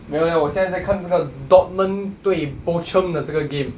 没有 leh 我现在在看这个 dortmund 对 bochum 的这个 game